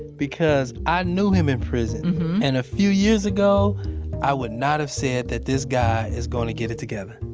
because i knew him in prison and a few years ago i would not have said that this guy is going to get it together.